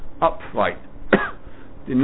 upright